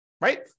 right